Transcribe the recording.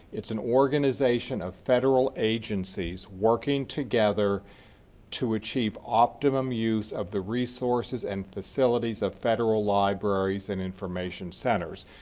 it's an organization of federal agencies working together to achieve optimum use of the resources and facilities of federal libraries and information centers.